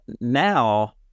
now